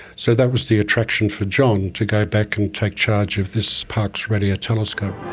so that was the attraction for john to go back and take charge of this parkes radio telescope.